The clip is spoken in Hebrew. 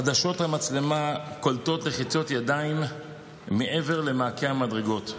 עדשות המצלמה קולטות לחיצות ידיים מעבר למעקה המדרגות.